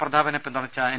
പ്രതാപനെ പിന്തുണച്ച എൻ